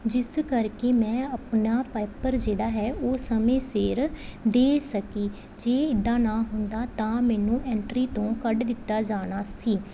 ਜਿਸ ਕਰਕੇ ਮੈਂ ਆਪਣਾ ਪਾਈਪਰ ਜਿਹੜਾ ਹੈ ਉਹ ਸਮੇਂ ਸਿਰ ਦੇ ਸਕੀ ਜੇ ਇੱਦਾਂ ਨਾ ਹੁੰਦਾ ਤਾਂ ਮੈਨੂੰ ਐਂਟਰੀ ਤੋਂ ਕੱਢ ਦਿੱਤਾ ਜਾਣਾ ਸੀ